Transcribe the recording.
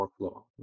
workflow